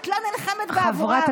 את לא נלחמת בעבורם,